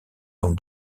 dans